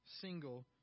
single